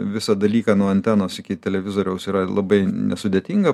visą dalyką nuo antenos iki televizoriaus yra labai nesudėtinga